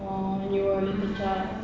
oh when you were a little child